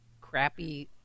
crappy